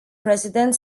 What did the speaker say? president